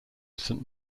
saint